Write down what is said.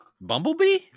bumblebee